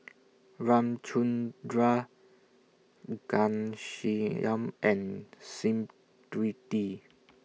Ramchundra Ghanshyam and Smriti